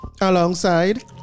alongside